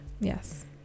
Yes